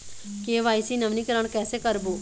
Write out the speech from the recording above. KYC नवीनीकरण कैसे करबो?